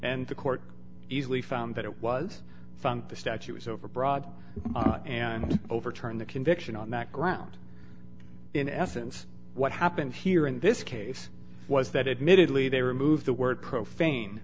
and the court easily found that it was found the statute was overbroad and overturned the conviction on that ground in essence what happened here in this case was that admittedly they removed the word profane